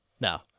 no